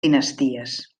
dinasties